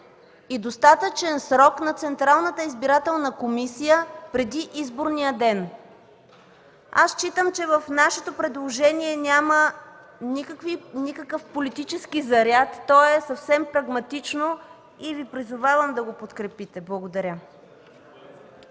и достатъчен срок на Централната избирателна комисия преди изборния ден. Считам, че в нашето предложение няма никакъв политически заряд, то е съвсем прагматично и Ви призовавам да го подкрепите. Благодаря.